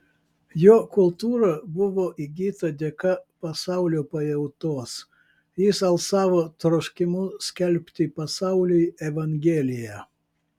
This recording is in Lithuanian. jo kultūra buvo įgyta dėka pasaulio pajautos jis alsavo troškimu skelbti pasauliui evangeliją